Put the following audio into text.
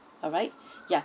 alright ya